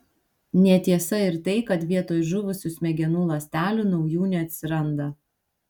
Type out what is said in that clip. netiesa ir tai kad vietoj žuvusių smegenų ląstelių naujų neatsiranda